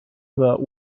about